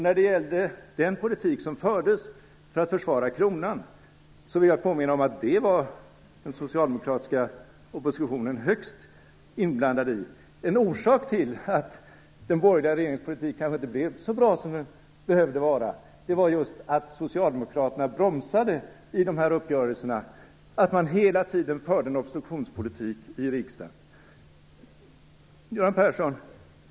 När det gäller den politik som fördes för att försvara kronan vill jag påminna om att den socialdemokratiska oppositionen var högst inblandad i den. En orsak till att den borgerliga regeringens politik kanske inte blev så bra som den hade behövt vara var just att Socialdemokraterna bromsade i uppgörelserna. Man förde hela tiden en obstruktionspolitik i riksdagen. Göran Persson!